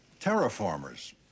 Terraformers